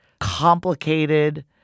complicated